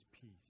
peace